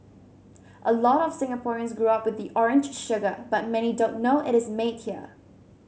a lot of Singaporeans grow up with the orange sugar but many don't know it is made here